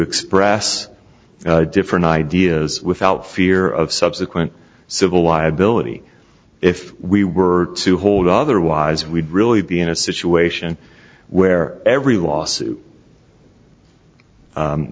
express different ideas without fear of subsequent civil liability if we were to hold otherwise we'd really be in a situation where every lawsuit